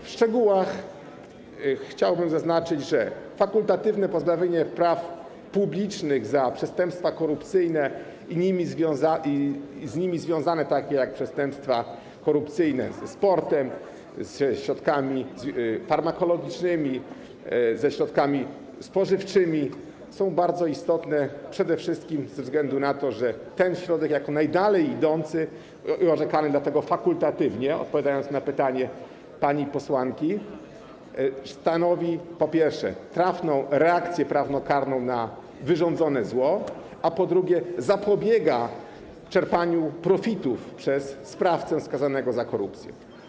W szczegółach chciałbym zaznaczyć, że fakultatywne pozbawienie praw publicznych za przestępstwa korupcyjne i z nimi związane, takie jak przestępstwa korupcyjne ze sportem, ze środkami farmakologicznymi, ze środkami spożywczymi, jest bardzo istotne, przede wszystkim ze względu na to, że ten środek, jako najdalej idący, i dlatego orzekany fakultatywnie, odpowiadam na pytanie pani posłanki, stanowi, po pierwsze, trafną reakcję prawnokarną na wyrządzone zło, po drugie, zapobiega czerpaniu profitów przez sprawcę skazanego za korupcję.